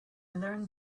learned